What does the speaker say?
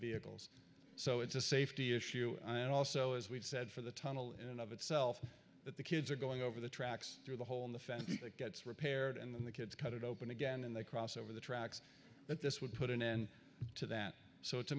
vehicles so it's a safety issue and also as we've said for the tunnel in and of itself that the kids are going over the tracks through the hole in the fence that gets repaired and then the kids cut it open again and they cross over the tracks but this would put an end to that so it's a